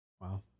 Wow